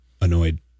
annoyed